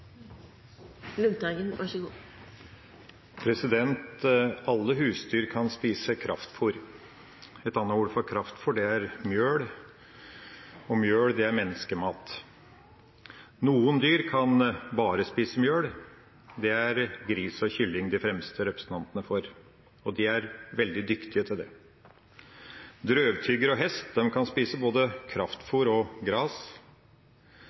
og mel er menneskemat. Noen dyr kan bare spise mel, det er gris og kylling de fremste representantene for, og de er veldig dyktige til det. Drøvtyggere og hest kan spise både kraftfôr og gras.